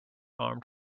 armed